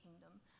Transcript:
kingdom